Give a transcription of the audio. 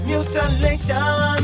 Mutilation